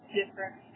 different